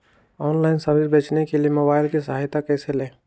Online सब्जी बेचने के लिए मोबाईल की सहायता कैसे ले?